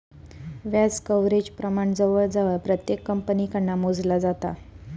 व्याज कव्हरेज प्रमाण जवळजवळ प्रत्येक कंपनीकडना मोजला जाता